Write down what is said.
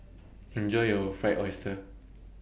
Enjoy your Fried Oyster